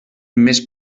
més